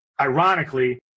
Ironically